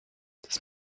das